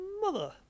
mother